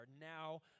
now